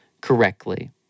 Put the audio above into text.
correctly